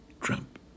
Trump